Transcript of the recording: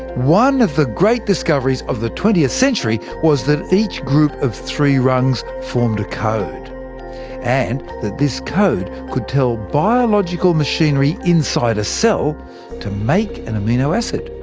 one of the great discoveries of the twentieth century was that each group of three rungs formed a code and that this code could tell biological machinery inside a cell to make an amino acid.